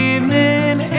Evening